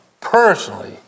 personally